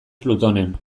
plutonen